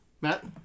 matt